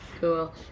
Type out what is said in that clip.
Cool